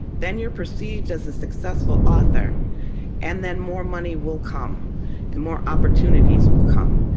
then you're perceived as a successful author and then more money will come and more opportunities will come.